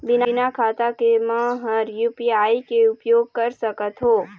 बिना खाता के म हर यू.पी.आई के उपयोग कर सकत हो?